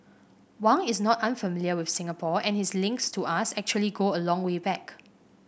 Wang is not unfamiliar with Singapore and his links to us actually go a long way back